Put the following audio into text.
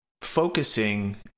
focusing